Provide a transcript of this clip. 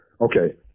Okay